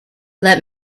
let